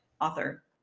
author